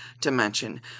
dimension